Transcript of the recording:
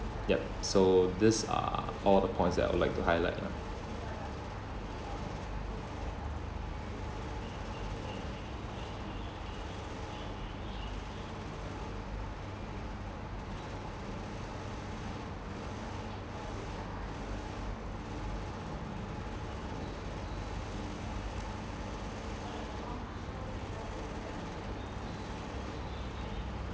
yup so these are all the points that I would like to highlight lah